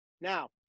Now